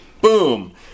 boom